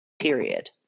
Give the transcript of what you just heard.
Period